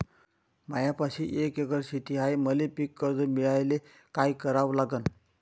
मायापाशी एक एकर शेत हाये, मले पीककर्ज मिळायले काय करावं लागन?